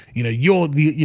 you know, you're the you